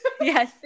yes